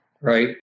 right